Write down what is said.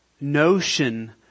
notion